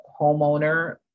homeowner